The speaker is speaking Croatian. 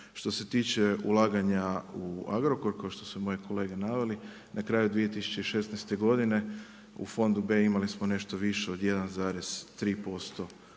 Što se tiče ulaganja u Agrokor kao što su moji kolege naveli, na kraju 2016. godine, u fond B imali smo nešto više od 1,3%